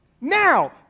now